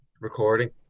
recording